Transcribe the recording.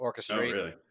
orchestrate